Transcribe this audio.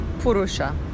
purusha